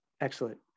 Excellent